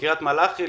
מקריית מלאכי.